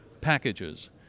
packages